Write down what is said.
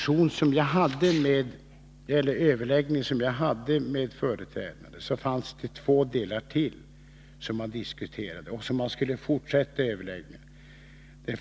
I en överläggning som jag deltog i fanns det ytterligare två förslag, om vilka diskussionerna skulle fortsätta.